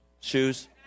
Shoes